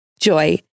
Joy